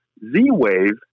Z-Wave